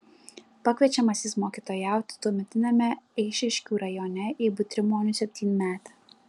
pakviečiamas jis mokytojauti tuometiniame eišiškių rajone į butrimonių septynmetę